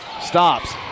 Stops